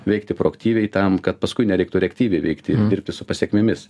veikti proaktyviai tam kad paskui nereiktų reaktyviai veikti ir dirbti su pasekmėmis